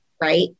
Right